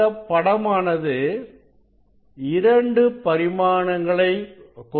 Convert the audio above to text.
இந்த படமானது இரண்டு பரிமாணங்களை கொண்டுள்ளது